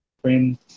friends